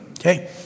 Okay